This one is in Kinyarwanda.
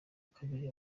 kabiri